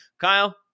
Kyle